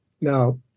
Now